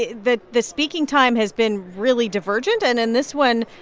ah the the speaking time has been really divergent. and in this one,